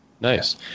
Nice